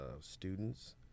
students